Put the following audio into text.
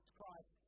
Christ